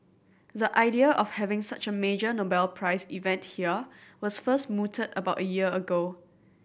the idea of having such a major Nobel Prize event here was first mooted about a year ago